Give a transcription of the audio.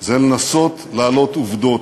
זה לנסות להעלות עובדות.